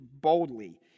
boldly